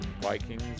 Vikings